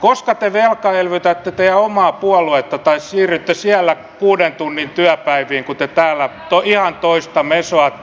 koska te velkaelvytätte teidän omaa puoluettanne tai siirrytte siellä kuuden tunnin työpäiviin kun te täällä ihan toista mesoatte